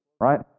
Right